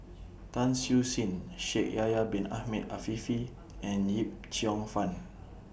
Tan Siew Sin Shaikh Yahya Bin Ahmed Afifi and Yip Cheong Fun